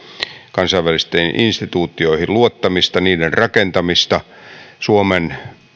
hoitoa kansainvälisiin instituutioihin luottamista niiden rakentamista tuolloin tarkoittaen suomen